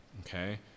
okay